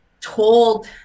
Told